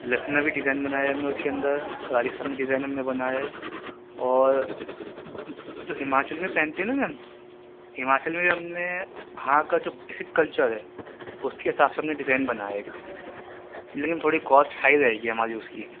لکھنوی design بنایا ہے ہم نے اس کے اندر راجستھانی ڈیزائن ہم نے بنایا ہے اور جو ہماچل میں پہنتی ہیں نا میم ہماچل میں جو ہم نے وہاں کا جو بیسک کلچر ہے اس کے حساب سے ہم نے ڈیزائن بنایا ہے ایک لیکن تھوڑی کوسٹ ہائی رہے گی ہماری اس کی